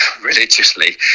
religiously